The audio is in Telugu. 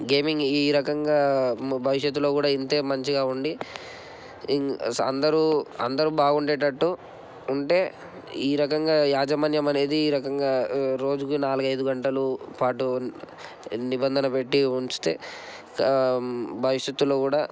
గేమింగ్ ఈ రకంగా భవిష్యత్తులో కూడా ఇంతే మంచిగా ఉండి ఇం అందరు అందరు బాగుండేటట్టు ఉంటే ఈ రకంగా యాజమాన్యం అనేది ఈ రకంగా రోజుకి నాలుగైదు గంటలు పాటు నిబంధన పెట్టి ఉంచితే భవిష్యత్తులో కూడా